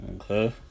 Okay